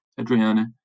Adriana